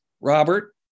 Robert